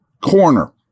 Corner